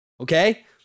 Okay